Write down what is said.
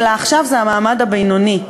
אלא עכשיו זה המעמד הבינוני,